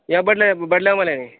जां बडलै बडलै आमां लैने ई